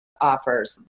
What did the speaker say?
offers